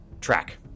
track